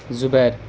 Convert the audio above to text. زبیر